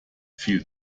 viel